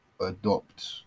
adopt